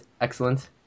excellent